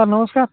sir ନମସ୍କାର